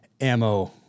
ammo